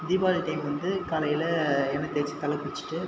Deepavali time வந்து காலையில் எண்ண தேய்ச்சி தலை குளிச்சுட்டு